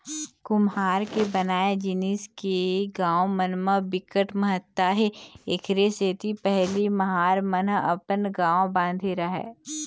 कुम्हार के बनाए जिनिस के गाँव मन म बिकट महत्ता हे एखरे सेती पहिली महार मन ह अपन गाँव बांधे राहय